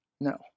No